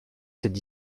cette